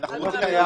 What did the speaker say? לא מדברים על זה.